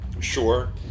sure